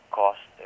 cost